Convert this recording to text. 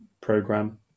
program